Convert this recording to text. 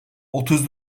otuz